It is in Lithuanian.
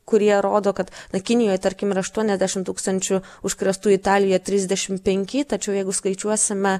kurie rodo kad na kinijoj tarkim yra aštuoniasdešim tūkstančių užkrėstų italijoje trisdešim penki tačiau jeigu skaičiuosime